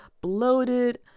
bloated